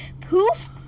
poof